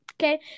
Okay